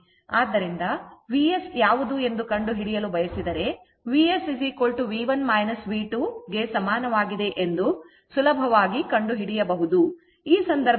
ಆದ್ದರಿಂದ Vs ಯಾವುದು ಎಂದು ಕಂಡುಹಿಡಿಯಲು ಬಯಸಿದರೆ Vs V1 V2 ಗೆ ಸಮಾನವಾಗಿದೆ ಎಂದು ಸುಲಭವಾಗಿ ಕಂಡುಹಿಡಿಯಬಹುದು